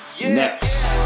Next